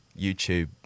YouTube